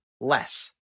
less